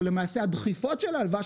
או למעשה הדחיפות של ההלוואה,